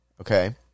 Okay